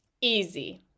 easy